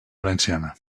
valenciana